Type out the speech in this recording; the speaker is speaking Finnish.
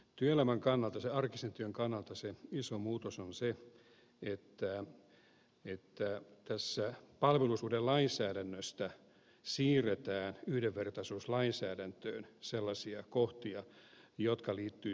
työelämän kannalta sen arkisen työn kannalta se iso muutos on se että tässä palvelusuhdelainsäädännöstä siirretään yhdenvertaisuuslainsäädäntöön sellaisia kohtia jotka liittyvät syrjintäkieltoon